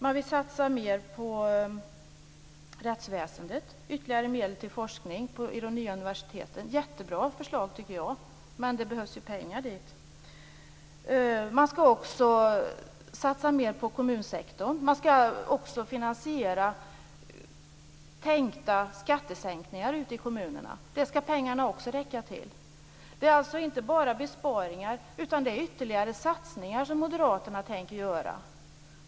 Man vill satsa mer på rättsväsendet och ytterligare medel till forskning vid de nya universiteten. Det är jättebra förslag, tycker jag. Men det behövs ju pengar till det. Man skall också satsa mer på kommunsektorn. Man skall också finansiera tänkta skattesänkningar ute i kommunerna. Det skall pengarna också räcka till. Det handlar alltså inte bara om besparingar, utan det är ytterligare satsningar som Moderaterna tänker göra.